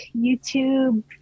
YouTube